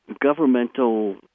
governmental